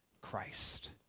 Christ